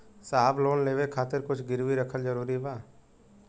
साहब लोन लेवे खातिर कुछ गिरवी रखल जरूरी बा?